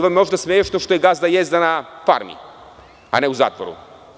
Vama je možda smešno što je gazda Jezda na „Farmi“, a ne u zatvoru.